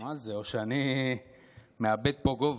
או שאני מאבד פה גובה.